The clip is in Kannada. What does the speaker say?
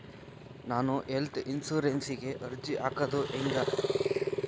ನಾನು ಹೆಲ್ತ್ ಇನ್ಸುರೆನ್ಸಿಗೆ ಅರ್ಜಿ ಹಾಕದು ಹೆಂಗ?